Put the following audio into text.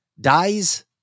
dies